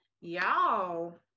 y'all